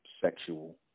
sexual